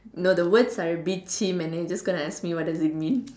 no the words are a bit cheem and then you're just gonna ask me what does it mean